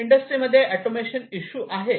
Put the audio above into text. इंडस्ट्रीमध्ये automation issue आहेत